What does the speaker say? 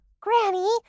Granny